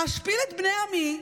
אשפיל את בני עמי,